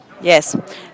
Yes